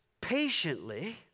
patiently